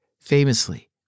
famously